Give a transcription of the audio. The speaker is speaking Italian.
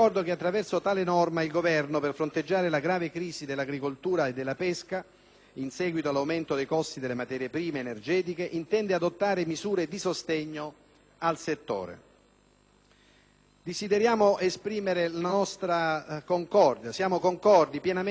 in seguito all'aumento dei costi delle materie prime energetiche, intende adottare misure di sostegno al settore. Desideriamo esprimere la nostra concordia. Siamo pienamente concordi con il carattere d'urgenza; si tratta infatti di norme che colmano un ritardo